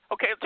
Okay